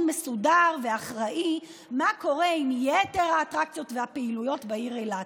מסודר ואחראי מה קורה עם יתר האטרקציות והפעילויות בעיר אילת.